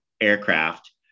aircraft